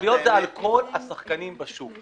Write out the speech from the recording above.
רוחביות זה על כל השחקנים בשוק.